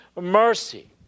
mercy